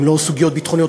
הם לא סוגיות ביטחוניות,